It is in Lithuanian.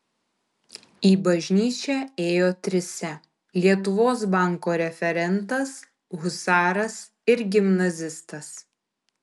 į bažnyčią ėjo trise lietuvos banko referentas husaras ir gimnazistas